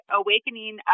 awakening